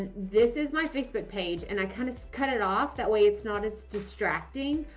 this is my facebook page. and i kind of cut it off that way it's not as distracting.